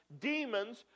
demons